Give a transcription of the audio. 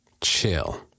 Chill